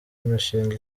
imishinga